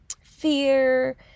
fear